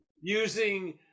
using